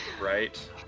Right